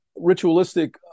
ritualistic